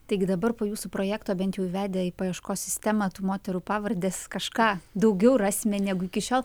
taigi dabar po jūsų projekto bent jau įvedę į paieškos sistemą tų moterų pavardes kažką daugiau rasime negu iki šiol